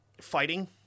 fighting